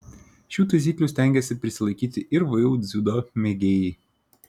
šių taisyklių stengiasi prisilaikyti ir vu dziudo mėgėjai